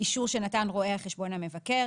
אישור שנתן רואה החשבון המבקר.